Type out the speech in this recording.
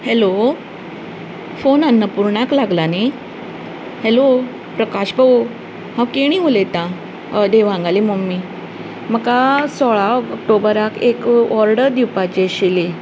hello phone अन्नपुर्णाक लागला नी हॅलो प्रकाश भाऊ हांव केणी उलयता हय देवांगाली मम्मी म्हाका सोळा ऑक्टोबराक एक ओर्डर दिवपाची आशिल्ली